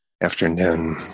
afternoon